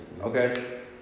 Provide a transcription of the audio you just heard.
Okay